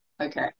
Okay